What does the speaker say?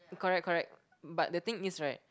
correct correct but the thing is right